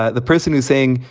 ah the person is saying,